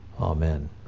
amen